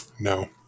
no